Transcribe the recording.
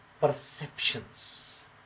perceptions